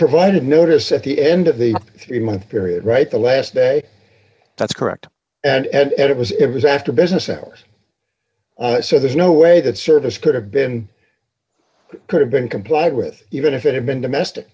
provided notice at the end of the three month period right the last day that's correct and it was it was after business hours so there's no way that service could have been could have been complied with even if it had been domestic